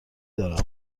دارم